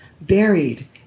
buried